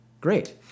Great